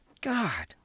God